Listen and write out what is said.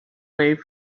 wave